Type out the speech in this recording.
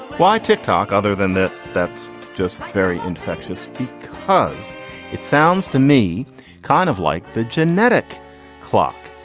why tick tock. other than that. that's just very infectious ah does it sounds to me kind of like the genetic clock,